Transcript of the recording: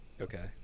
Okay